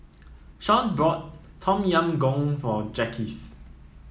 Shaun bought Tom Yam Goong for Jacques